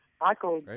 Michael